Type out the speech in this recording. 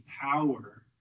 power